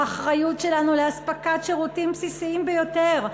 מהאחריות שלנו למתן שירותים בסיסיים ביותר,